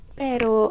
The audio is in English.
pero